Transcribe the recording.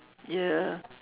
ya